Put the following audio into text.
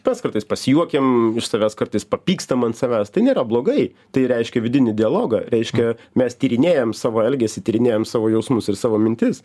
pats kartais pasijuokiam iš savęs kartais papykstam ant savęs tai nėra blogai tai reiškia vidinį dialogą reiškia mes tyrinėjam savo elgesį tyrinėjam savo jausmus ir savo mintis